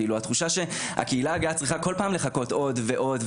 התחושה שהקהילה הגאה צריכה כל פעם לחכות עוד ועוד,